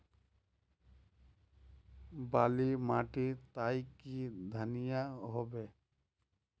बाली माटी तई की धनिया होबे?